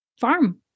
farm